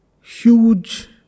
Huge